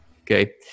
Okay